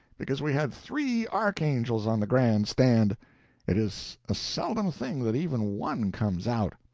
because we had three archangels on the grand stand it is a seldom thing that even one comes out.